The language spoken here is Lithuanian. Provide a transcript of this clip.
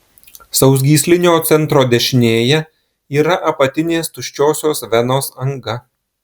sausgyslinio centro dešinėje yra apatinės tuščiosios venos anga